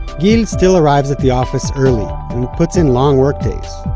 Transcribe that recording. gil still arrives at the office early, and puts in long work days.